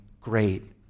great